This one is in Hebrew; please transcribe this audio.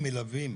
למלווים